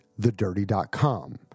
thedirty.com